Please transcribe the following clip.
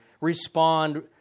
respond